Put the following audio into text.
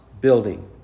building